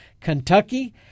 Kentucky